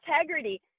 integrity